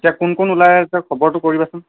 এতিয়া কোন কোন ওলাই আছে খবৰটো কৰিবাচোন